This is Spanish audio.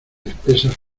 espesas